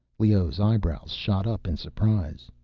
leoh's eyebrows shot up in surprise.